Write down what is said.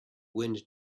wind